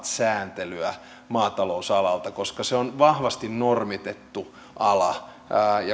sääntelyä maatalousalalta koska se on vahvasti normitettu ala